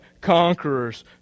conquerors